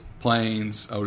planes